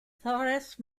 toughest